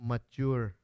Mature